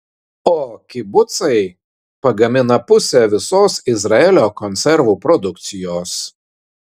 o kibucai pagamina pusę visos izraelio konservų produkcijos